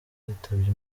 yitabye